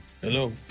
hello